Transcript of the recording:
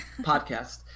podcast